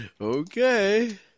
Okay